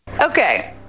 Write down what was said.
Okay